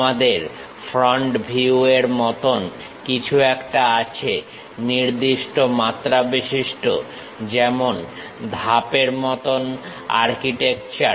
আমাদের front view এর মতন কিছু একটা আছে নির্দিষ্ট মাত্রা বিশিষ্ট যেমন ধাপের মতন আর্কিটেকচার